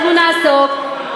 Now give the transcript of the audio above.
אנחנו נעסוק.